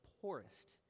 poorest